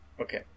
Okay